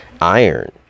iron